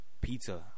Pizza